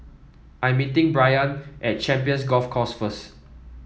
I am meeting Brayan at Champions Golf Course first